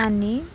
आणि